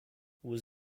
was